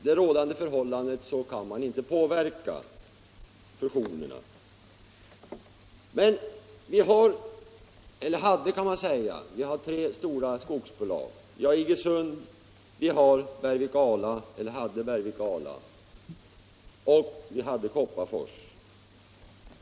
Vi hade tre stora skogsbolag: Iggesund, Bergvik och Ala samt Kopparfors.